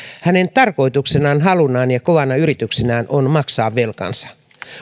hänen tarkoituksenaan halunaan ja kovana yrityksenään on maksaa velkansa